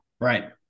Right